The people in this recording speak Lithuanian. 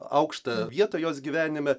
aukštą vietą jos gyvenime